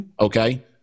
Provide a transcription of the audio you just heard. Okay